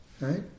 right